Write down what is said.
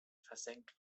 versenkt